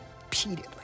repeatedly